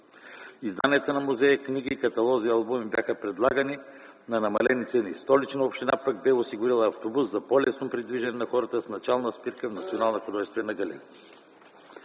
Изданията на музея, книги, каталози и албуми бяха предлагани на намалени цени. Столичната община бе осигурила автобус за по-лесно придвижване на хората с начална спирка при